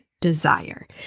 desire